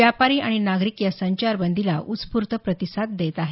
व्यापारी आणि नागरिक या संचारबंदीला उत्स्फूर्त प्रतिसाद देत आहेत